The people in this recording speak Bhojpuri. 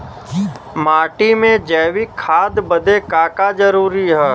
माटी में जैविक खाद बदे का का जरूरी ह?